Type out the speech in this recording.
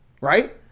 right